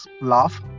laugh